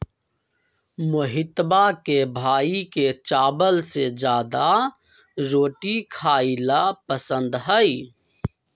मोहितवा के भाई के चावल से ज्यादा रोटी खाई ला पसंद हई